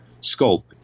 scope